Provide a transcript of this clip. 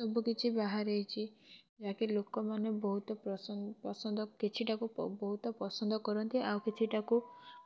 ସବୁ କିଛି ବାହାରି ଯାଇଚି ଯାହାକି ଲୋକମାନେ ବହୁତ ପ୍ରସନ୍ଦ ପସନ୍ଦ କିଛି ଟାକୁ ବ ବହୁତ ପସନ୍ଦ କରନ୍ତି ଆଉ କିଛି ଟା କୁ